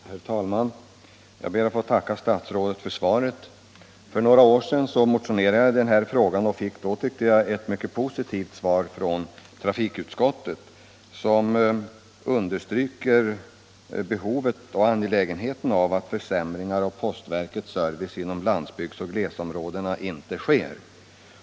Herr talman! Jag ber att få tacka statsrådet för svaret. För några år sedan motionerade jag i den här frågan och fick då ett mycket positivt besked från trafikutskottet, som underströk behovet och angelägenheten av att försämringar av postverkets service inom landsbygds och glesbygdsområden inte sker.